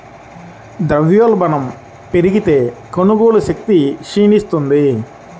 ద్రవ్యోల్బణం పెరిగితే, కొనుగోలు శక్తి క్షీణిస్తుంది